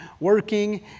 working